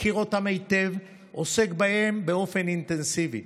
מכיר אותם היטב ועוסק בהם באופן אינטנסיבי.